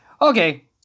Okay